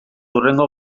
hurrengo